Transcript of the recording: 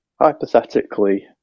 hypothetically